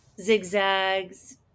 zigzags